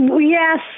Yes